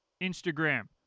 Instagram